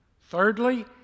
Thirdly